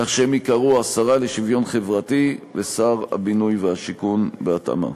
כך שהם ייקראו: השרה לשוויון חברתי ושר הבינוי השיכון בהתאמה.